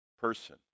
person